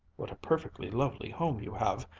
what a perfectly lovely home you have!